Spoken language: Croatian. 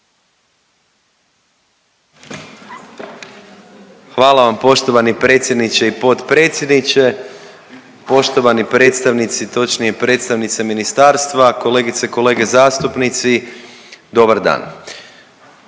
Hvala vam poštovani predsjedniče i potpredsjedniče. Poštovani predstavnici, točnije predstavnice ministarstva, kolegice i kolege zastupnici, dobar dan.